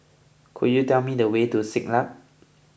could you tell me the way to Siglap